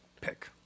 pick